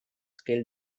scale